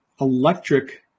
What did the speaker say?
electric